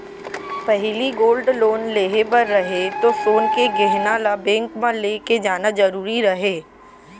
पहिली gold loan लेहे बर रहय तौ सोन के गहना ल बेंक म लेके जाना जरूरी रहय